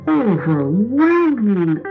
overwhelming